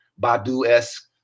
badu-esque